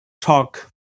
talk